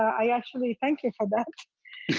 i actually thank you for that.